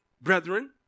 brethren